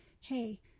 hey